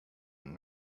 and